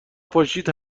پاشید